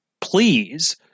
please